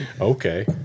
Okay